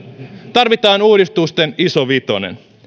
tarvitaan uudistusten iso vitonen